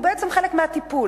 והוא בעצם חלק מהטיפול,